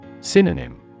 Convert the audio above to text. Synonym